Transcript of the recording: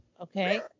Okay